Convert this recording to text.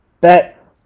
Bet